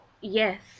Yes